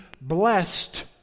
blessed